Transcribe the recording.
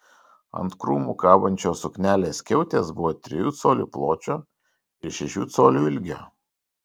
ant krūmų kabančios suknelės skiautės buvo trijų colių pločio ir šešių colių ilgio